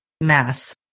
Math